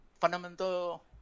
fundamental